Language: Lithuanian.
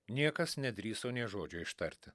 niekas nedrįso nė žodžio ištarti